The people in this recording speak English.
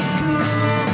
cool